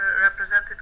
represented